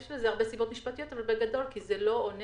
יש לזה הרבה סיבות משפטיות אבל בגדול כי זה לא עונה